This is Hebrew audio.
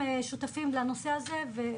ששותפים בנושא הזה.